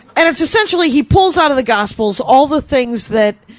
and it's essentially, he pulls out of the gospels all the things that,